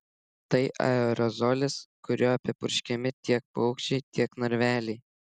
tai aerozolis kuriuo apipurškiami tiek paukščiai tiek narveliai